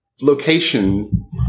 location